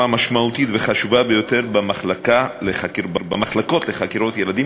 משמעותית וחשובה ביותר במחלקות לחקירות ילדים,